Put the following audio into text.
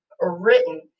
written